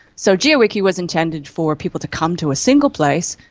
so geo-wiki was intended for people to come to a single place,